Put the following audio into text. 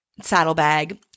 saddlebag